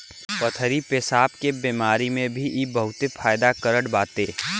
पथरी पेसाब के बेमारी में भी इ बहुते फायदा करत बाटे